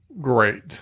Great